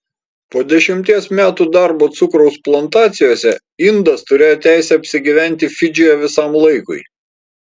po dešimties metų darbo cukraus plantacijose indas turėjo teisę apsigyventi fidžyje visam laikui